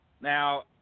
Now